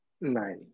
Nice